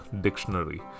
dictionary